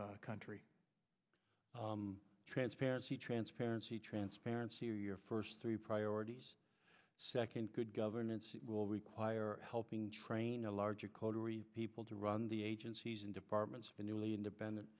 country transparency transparency transparency your first three priorities second good governance it will require helping train a larger coterie people to run the agencies and departments of the newly independent